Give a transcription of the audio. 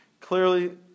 clearly